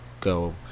go